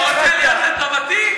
אתה רוצה להיות לטובתי?